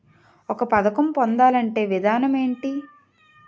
ఒక పథకం పొందాలంటే విధానం ఏంటి?